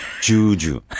Juju